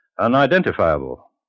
unidentifiable